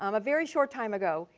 um a very short time ago,